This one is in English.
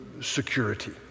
security